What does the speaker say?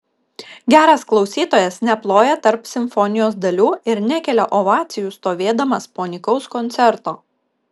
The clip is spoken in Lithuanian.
geras klausytojas neploja tarp simfonijos dalių ir nekelia ovacijų stovėdamas po nykaus koncerto